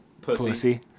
Pussy